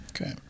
Okay